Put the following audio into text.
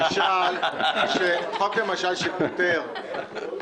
חוק החסינות היה יותר פשוט ---.